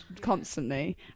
constantly